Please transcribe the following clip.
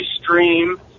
stream